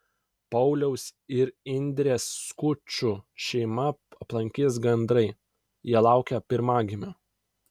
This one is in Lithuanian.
pauliaus ir indrės skučų šeimą aplankys gandrai jie laukia pirmagimio